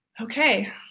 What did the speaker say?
okay